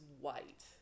white